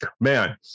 man